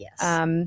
Yes